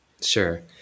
Sure